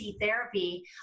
therapy